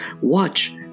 watch